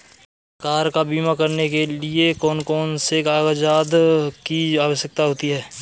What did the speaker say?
Car का बीमा करने के लिए कौन कौन से कागजात की आवश्यकता होती है?